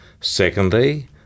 secondly